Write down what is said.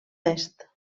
est